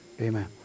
amen